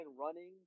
running